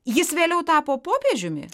jis vėliau tapo popiežiumi